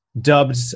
dubbed